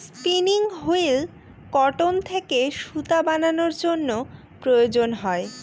spinning wheel cotton থেকে সুতা বানানোর জন্য প্রয়োজন হয়